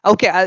Okay